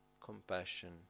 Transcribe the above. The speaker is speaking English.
compassion